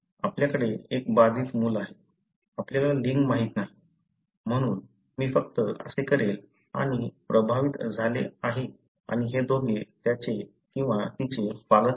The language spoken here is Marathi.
आपल्याकडे एक बाधित मूल आहे आपल्याला लिंग माहित नाही म्हणून मी फक्त असे करेन आणि हे प्रभावित झाले आहे आणि हे दोघे त्याचे किंवा तिचे पालक आहेत